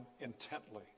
intently